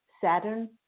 Saturn